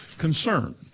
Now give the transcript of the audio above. concern